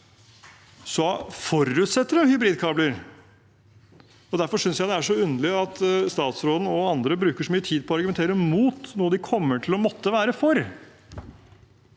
forutsetter det hybridkabler. Derfor synes jeg det er så underlig at statsråden og andre bruker så mye tid på å argumentere mot noe de kommer til å måtte være for,